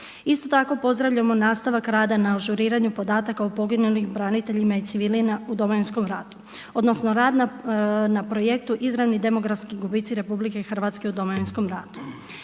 Isto tako pozdravljamo nastavak rada na ažuriranju podataka o poginulim braniteljima i civilima u Domovinskom ratu, odnosno rad na projektu izravni demografski gubitci Republike Hrvatske u Domovinskom ratu.